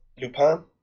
lupin